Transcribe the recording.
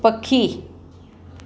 पखी